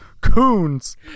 coons